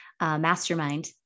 mastermind